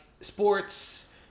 sports